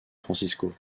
francisco